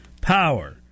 power